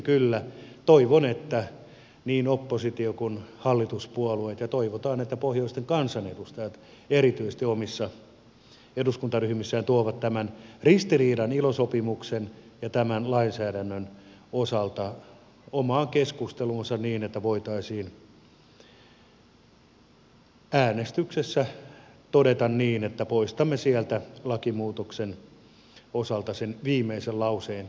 toivon että niin oppositio kuin hallituspuolueet ja toivotaan että erityisesti pohjoisen kansanedustajat omissa eduskuntaryhmissään tuovat tämän ristiriidan ilo sopimuksen ja tämän lainsäädännön osalta omaan keskusteluunsa niin että voitaisiin äänestyksessä todeta niin että poistamme sieltä lakimuutoksen osalta sen viimeisen lauseen tästä pykälästä